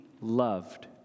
loved